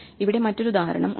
ഇവിടെ മറ്റൊരു ഉദാഹരണം ഉണ്ട്